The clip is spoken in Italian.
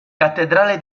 cattedrale